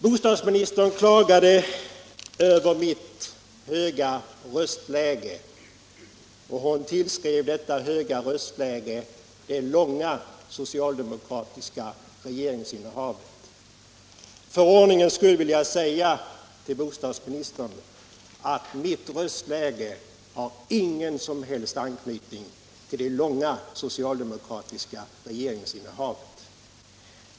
Bostadsministern klagade över mitt höga röstläge och tillskrev detta det långvariga socialdemokratiska regeringsinnehavet. För ordningens skull vill jag säga till bostadsministern att mitt röstläge inte har någon som helst anknytning till det långvariga socialdemokratiska regeringsinnehavet.